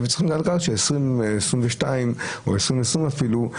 וצריכים לדעת ש-2022 או 2020 אפילו,